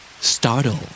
Startle